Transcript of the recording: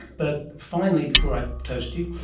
but finally, before i toast you,